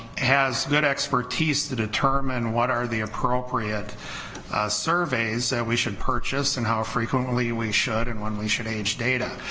has good expertise to determine what are the appropriate surveys that we should purchase, and how frequently we should, and when we should age data.